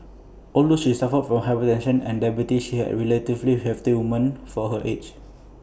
although she suffered from hypertension and diabetes she have relatively healthy woman for her age